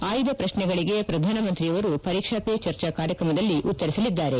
ಆಯ್ದ ಪ್ರಕ್ಷೆಗಳಿಗೆ ಪ್ರಧಾನಮಂತ್ರಿಯವರು ಪರೀಕ್ಸಾ ಪೇ ಚರ್ಚಾ ಕಾರ್ಯಕ್ರಮದಲ್ಲಿ ಉತ್ತರಿಸಲಿದ್ದಾರೆ